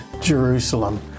Jerusalem